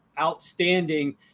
outstanding